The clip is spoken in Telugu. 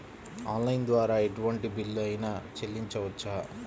ఆన్లైన్ ద్వారా ఎటువంటి బిల్లు అయినా చెల్లించవచ్చా?